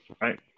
Right